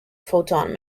photon